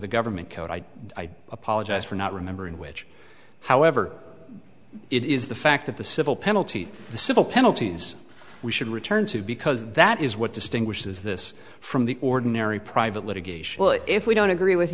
the government code i apologize for not remembering which however it is the fact that the civil penalty the civil penalties we should return to because that is what distinguishes this from the ordinary private litigation if we don't agree with